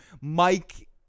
Mike